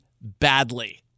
badly